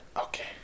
Okay